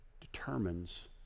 determines